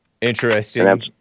Interesting